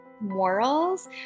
morals